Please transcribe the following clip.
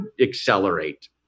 accelerate